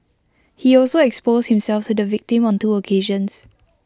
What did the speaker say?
he also exposed himself to the victim on two occasions